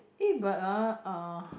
eh but ah uh